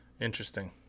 interesting